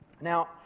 Now